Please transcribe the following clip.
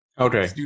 Okay